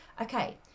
okay